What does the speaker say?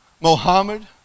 Mohammed